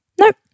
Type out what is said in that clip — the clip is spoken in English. Nope